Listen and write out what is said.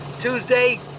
Tuesday